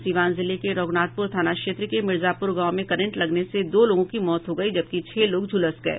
सीवान जिले के रघुनाथपुर थाना क्षेत्र के मिर्जापुर गांव में करंट लगने से दो लोगों की मौत हो गयी जबकि छह लोग झुलस गये